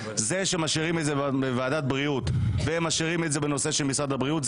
משאירים את זה בוועדת הבריאות ובמשרד הבריאות,